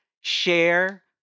share